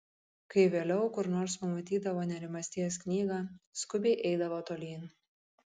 kai vėliau kur nors pamatydavo nerimasties knygą skubiai eidavo tolyn